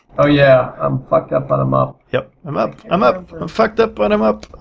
oh yeah, i'm fucked up but i'm up? yup, i'm up, i'm up, i'm fucked up but i'm up!